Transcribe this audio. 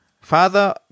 father